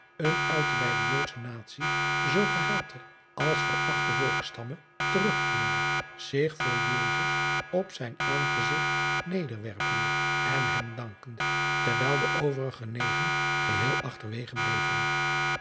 een uit den bij de oodsche natie zoo gehaten als verachten volksstamme terugkeerde zich voor op zijn aangezigt nederwerpende en hem dankende terwijl de overige negen geheel achterwege bleven